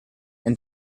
and